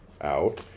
out